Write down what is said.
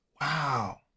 Wow